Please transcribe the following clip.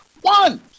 one